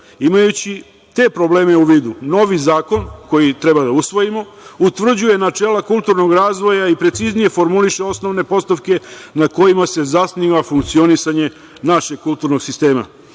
itd. Imajući te probleme u vidu, novi zakon, koji treba da usvojimo, utvrđuje načela kulturnog razvoja i preciznije formuliše osnovne postavke na kojima se zasniva funkcionisanje našeg kulturnog sistema. Opšti